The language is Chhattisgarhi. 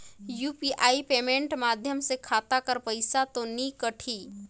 यू.पी.आई पेमेंट माध्यम से खाता कर पइसा तो नी कटही?